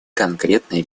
конкретные